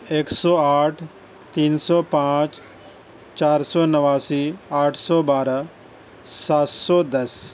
ایک سو آٹھ تین سو پانچ چار سو نواسی آٹھ سو بارہ سات سو دس